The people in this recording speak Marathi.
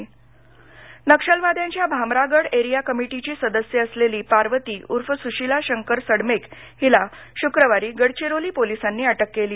नक्षलवादी अटक नक्षलवाद्यांच्या भामरागड एरीया कमिटीची सदस्य असलेली पार्वती ऊर्फ सुशीला शंकर सडमेक हिला शुक्रवारी गडघिरोली पोलिसांनी अटक केली